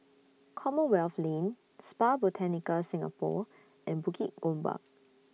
Commonwealth Lane Spa Botanica Singapore and Bukit Gombak